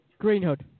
Greenhood